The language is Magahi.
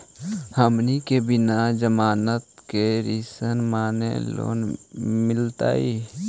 हमनी के बिना जमानत के ऋण माने लोन मिलतई?